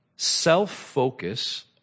Self-focus